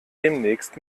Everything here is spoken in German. demnächst